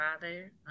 father